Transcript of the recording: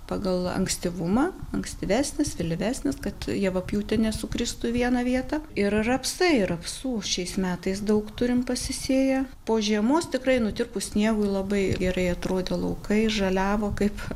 pagal ankstyvumą ankstyvesnis vėlyvesnis kad javapjūtė nesukristų į vieną vietą ir rapsai rapsų šiais metais daug turim pasisėję po žiemos tikrai nutirpus sniegui labai gerai atrodo laukai žaliavo kaip